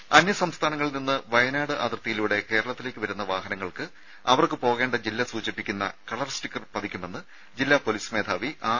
രുമ അന്യസംസ്ഥാനങ്ങളിൽ നിന്ന് വയനാട് അതിർത്തിയിലൂടെ കേരളത്തിലേക്ക് വരുന്ന വാഹനങ്ങൾക്ക് അവർക്ക് പോകേണ്ട ജില്ല സൂചിപ്പിക്കുന്ന കളർ സ്റ്റിക്കർ പതിക്കുമെന്ന് ജില്ലാ പൊലീസ് മേധാവി ആർ